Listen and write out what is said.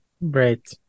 Right